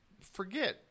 forget